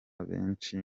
benshi